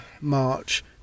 March